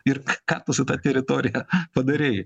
ir ką tu su ta teritorija padarei